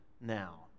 now